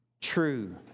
true